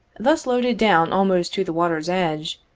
thus loaded down almost to the water's edge,